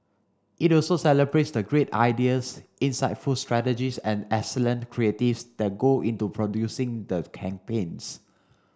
it also celebrates the great ideas insightful strategies and excellent creatives that go into producing the campaigns